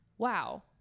wow